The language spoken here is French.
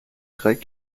grec